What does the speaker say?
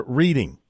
reading